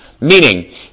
meaning